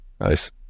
Nice